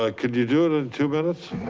ah could you do it in two minutes?